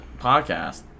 podcast